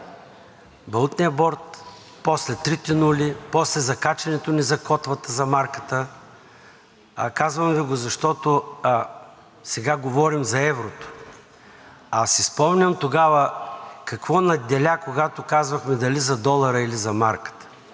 Валутния борд, после трите нули, после закачването ни за котвата за марката. Казвам Ви го, защото сега говорим за еврото, а си спомням тогава какво надделя, когато казвахме дали за долара, или за марката